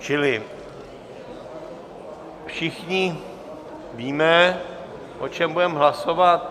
Čili všichni víme, o čem budeme hlasovat?